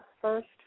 first